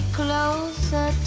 closer